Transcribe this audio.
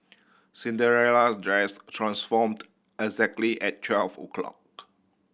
Cinderella's dress transformed exactly at twelve o' clock